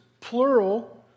plural